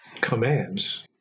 commands